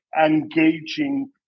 engaging